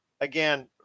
Again